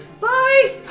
Bye